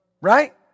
Right